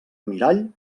mirall